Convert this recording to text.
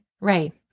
Right